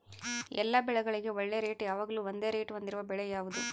ಎಲ್ಲ ಬೆಳೆಗಳಿಗೆ ಒಳ್ಳೆ ರೇಟ್ ಯಾವಾಗ್ಲೂ ಒಂದೇ ರೇಟ್ ಹೊಂದಿರುವ ಬೆಳೆ ಯಾವುದು?